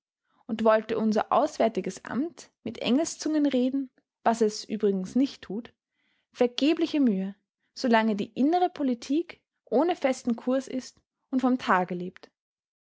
und wollte unser auswärtiges amt mit engelszungen reden was es übrigens nicht tut vergebliche mühe solange die innere politik ohne festen kurs ist und vom tage lebt